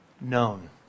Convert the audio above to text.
known